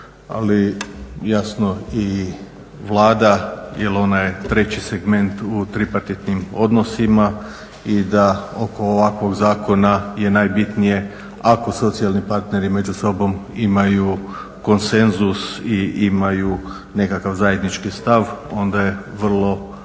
ali jasno i Vlada jer ona je treći segment u tripartitnim odnosima i da oko ovakvog zakona je najbitnije ako socijalni partneri među sobom imaju konsenzus i imaju nekakav zajednički stav onda je vrlo